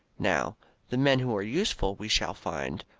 now the men who are useful, we shall find,